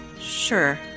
Sure